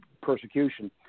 persecution